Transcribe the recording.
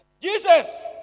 Jesus